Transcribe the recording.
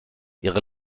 ihre